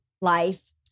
life